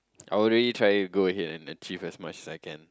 I will really try go ahead and achieve as much as I can